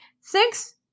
Six